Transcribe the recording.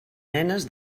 nenes